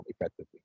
effectively